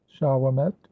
shawamet